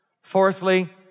Fourthly